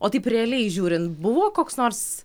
o taip realiai žiūrint buvo koks nors